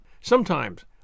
Sometimes